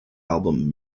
album